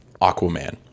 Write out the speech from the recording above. Aquaman